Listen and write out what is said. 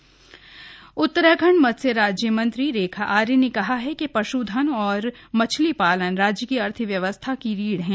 मंत्री रेखा आर्य दौरा उत्तराखंड मत्स्य राज्य मंत्री रेखा आर्य ने कहा है कि पश्धन और मछली पालन राज्य की अर्थव्यवस्था की रीढ़ है